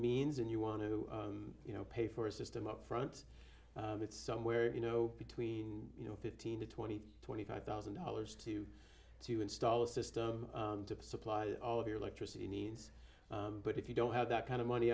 means and you want to you know pay for a system upfront it's somewhere you know between you know fifteen to twenty twenty five thousand dollars to to install a system to supply of your electricity needs but if you don't have that kind of money